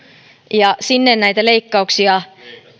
ja sinne näitä leikkauksia